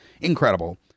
incredible